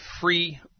free